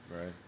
right